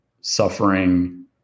suffering